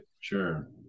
Sure